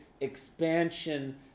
expansion